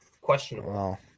questionable